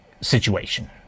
situation